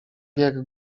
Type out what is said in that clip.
jak